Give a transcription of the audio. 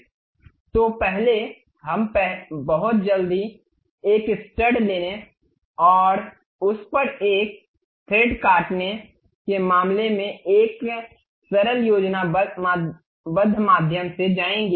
तो पहले हम बहुत जल्दी एक स्टड लेने और उस पर एक धागा काटने के मामले में एक सरल योजनाबद्ध माध्यम से जाएंगे